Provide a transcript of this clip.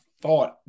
thought